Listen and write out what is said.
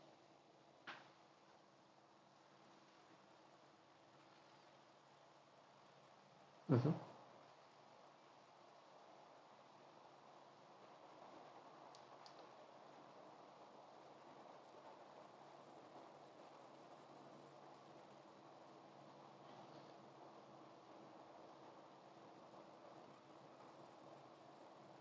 mmhmm